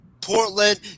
Portland